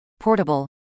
portable